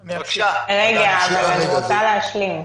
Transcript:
אני מציע שאת שלוש-ארבע ההסתייגויות שנשארו לך,